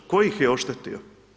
Tko ih je oštetio?